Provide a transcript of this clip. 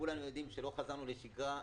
כשכולנו יודעים שלא חזרנו לשגרה,